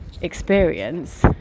experience